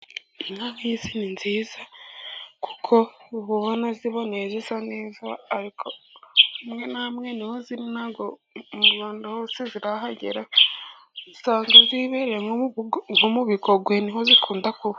Inka nk'izi ni nziza kuko uba ubona ziboneye zisa neza, ariko hamwe na hamwe niho ziri ntago mu Rwanda hose zirahagera, sanga zibere nko mu Bigogwe, niho zikunda kuba.